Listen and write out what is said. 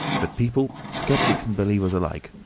but people, sceptics and believers alike,